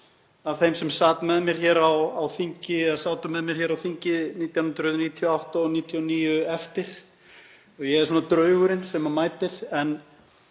af þeim sem sátu með mér hér á þingi 1998 og 1999 og ég er svona draugurinn sem mætir. En